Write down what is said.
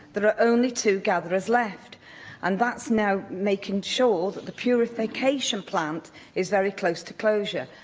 there are only two gatherers left and that's now making sure that the purification plant is very close to closure.